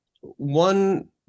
one